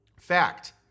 Fact